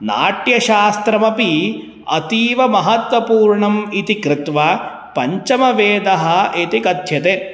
नाट्यशास्त्रमपि अतीवमहत्वपूर्णम् इति कृत्वा पञ्चमवेदः इति कथ्यते